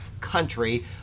country